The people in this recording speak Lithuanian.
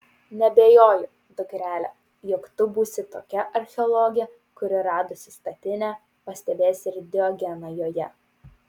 neabejoju dukrele jog tu būsi tokia archeologė kuri radusi statinę pastebės ir diogeną joje